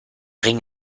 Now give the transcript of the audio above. ring